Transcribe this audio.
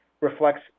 reflects